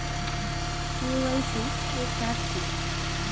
KYC এর কাজ কি?